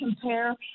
compare